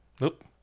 Nope